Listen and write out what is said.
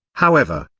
however,